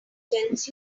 tells